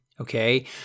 okay